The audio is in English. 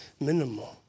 minimal